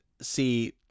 see